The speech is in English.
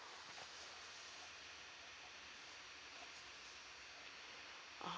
uh